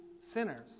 sinners